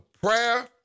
prayer